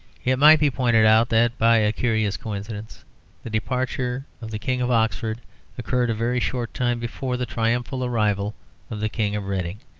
it might be pointed out that by a curious coincidence the departure of the king of oxford occurred a very short time before the triumphal arrival of the king of reading.